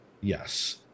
Yes